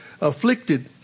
afflicted